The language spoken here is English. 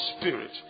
Spirit